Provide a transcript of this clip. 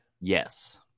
Yes